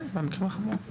כן, במקרים החמורים.